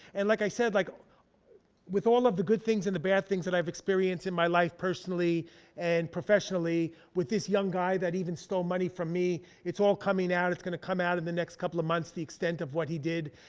and like i said, like with all of the good things and the bad things that i've experienced in my life, personally and professionally, with this young guy that even stole money from me, it's all coming out. it's gonna come out in the next couple of months the extent of what he did.